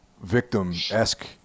victim-esque